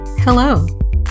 Hello